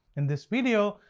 in this video,